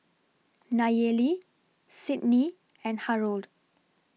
Nayeli Sidney and Harrold